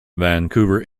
vancouver